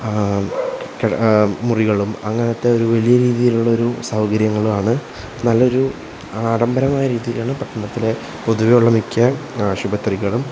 മുറികളും അങ്ങനത്തെയൊരു വലിയ രീതിയിലുള്ളൊരു സൗകര്യങ്ങളാണ് നല്ലൊരു ആഡംബരമായ രീതിയിലാണ് പട്ടണത്തിലെ പൊതുവേ ഉള്ള മിക്ക ആശുപത്രികളും